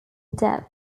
deaths